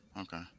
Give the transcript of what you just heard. Okay